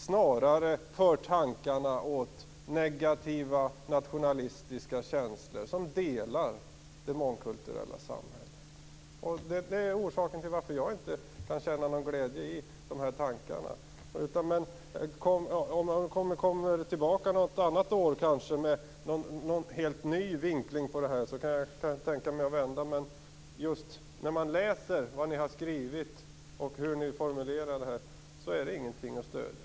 Snarare för det tankarna till negativa nationalistiska känslor som delar det mångkulturella samhället. Det är orsaken till att jag inte kan känna någon glädje i dessa tankar. Om frågan återkommer ett annat år med en helt ny vinkling så kan jag tänka mig en vändning. Men när jag läser det som ni har skrivit och era formuleringar tycker jag inte att detta är någonting att stödja.